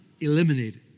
eliminated